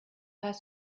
pas